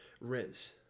riz